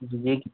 जी